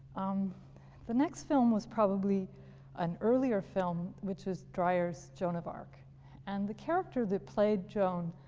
um the next film was probably an earlier film which was dreyer's joan of arc and the character that played joan,